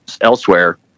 elsewhere